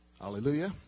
Hallelujah